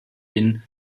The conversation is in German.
den